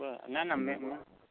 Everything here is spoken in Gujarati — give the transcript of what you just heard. ના ના મેં મેં